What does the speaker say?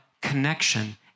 connection